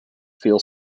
feel